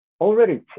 Already